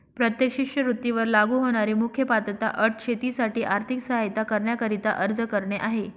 प्रत्येक शिष्यवृत्ती वर लागू होणारी मुख्य पात्रता अट शेतीसाठी आर्थिक सहाय्यता करण्याकरिता अर्ज करणे आहे